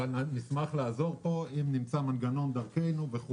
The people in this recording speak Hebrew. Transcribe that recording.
אבל נשמח לעזור פה אם נמצא מנגנון דרכנו.